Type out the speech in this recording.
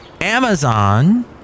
Amazon